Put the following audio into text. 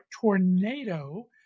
tornado